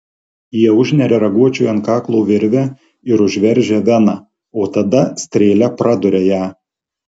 jie užneria raguočiui ant kaklo virvę ir užveržia veną o tada strėle praduria ją